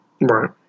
Right